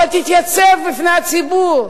אבל תתייצב בפני הציבור,